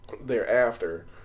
thereafter